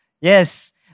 Yes